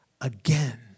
again